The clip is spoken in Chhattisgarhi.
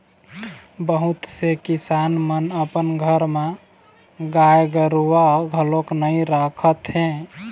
बहुत से किसान मन अपन घर म गाय गरूवा घलोक नइ राखत हे